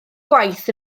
gwaith